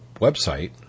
website